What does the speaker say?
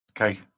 Okay